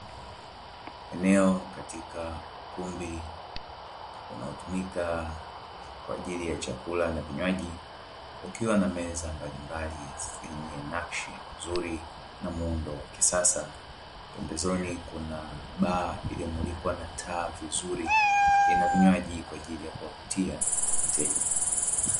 Eneo katika ukumbi unaotumika kwa ajili ya chakula na vinywaji, kukiwa na meza mbalimbali zenye nakshi nzuri na muundo wa kisasa, pembezoni kuna baa iliyomulikwa na taa vizuri, ina vinywaji kwa ajili ya kuwavutia wateja.